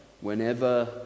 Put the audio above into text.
whenever